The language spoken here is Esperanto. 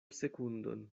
sekundon